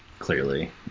clearly